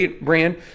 brand